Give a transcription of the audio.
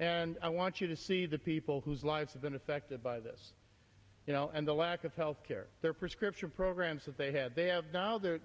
and i want you to see the people whose lives have been affected by this you know and the lack of health care their prescription programs that they had they have now th